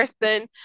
person